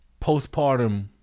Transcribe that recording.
postpartum